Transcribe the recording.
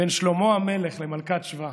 בין שלמה המלך למלכת שבא,